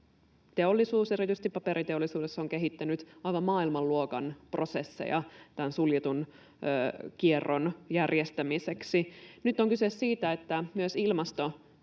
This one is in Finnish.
teollisuus, erityisesti paperiteollisuus, on kehittänyt aivan maailmanluokan prosesseja tämän suljetun kierron järjestämiseksi. Nyt on kyse siitä, että myös ilmastonmuutoksen